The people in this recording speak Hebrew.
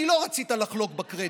כי לא רצית לחלוק בקרדיט.